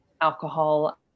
alcohol